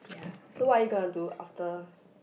ya so what are you gonna do after